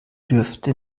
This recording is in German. dürfte